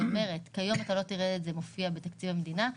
כיום אתה לא תראה את זה מופיע בתקציב המדינה.